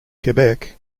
quebec